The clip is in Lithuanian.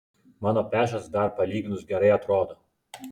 mano pežas dar palyginus gerai atrodo